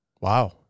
Wow